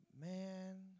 man